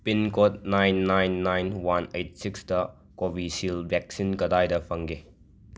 pin code nine nine nine one eight ꯁꯤꯛꯁꯇ Covishield vaccine ꯀꯗꯥꯏꯗ ꯐꯪꯒꯦ